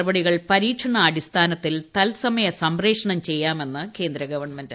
നടപടികൾ പരീക്ഷണാടിസ്ഥാനത്തിൽ തത്സമയ സംപ്രേക്ഷണം ചെയ്യാമെന്ന് കേന്ദ്രഗവൺമെന്റ്